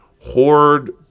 hoard